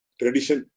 tradition